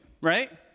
right